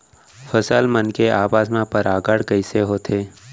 फसल मन के आपस मा परागण कइसे होथे?